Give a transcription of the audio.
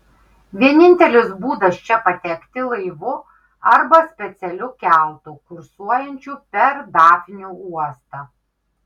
vienintelis būdas čia patekti laivu arba specialiu keltu kursuojančiu per dafnių uostą